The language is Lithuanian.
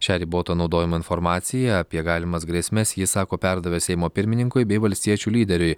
šią riboto naudojimo informaciją apie galimas grėsmes jis sako perdavęs seimo pirmininkui bei valstiečių lyderiui